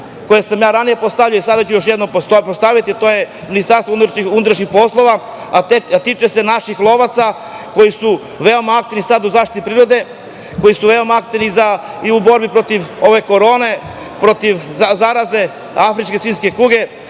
koje sam ja ranije postavljao, a sada ću još jednom postaviti, a to je upućeno MUP, a tiče se naših lovaca koji su veoma aktivni sada u zaštiti prirode, koji su veoma aktivni i u borbi protiv ove korone, protiv zaraze, afričke svinjske kuge,